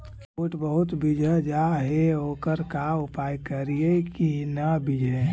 बुट बहुत बिजझ जा हे ओकर का उपाय करियै कि न बिजझे?